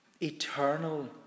Eternal